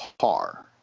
car